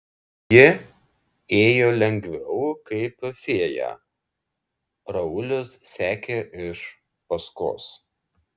ji ėjo lengviau kaip fėja raulis sekė iš paskos